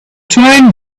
twine